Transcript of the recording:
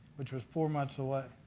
which was four months away.